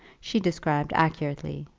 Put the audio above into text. she described accurately.